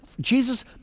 Jesus